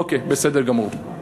אוקיי, בסדר גמור.